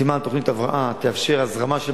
חתימה על תוכנית הבראה תאפשר הזרמה של